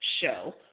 show